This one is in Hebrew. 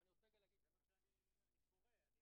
תסביר מה הכוונה כאן.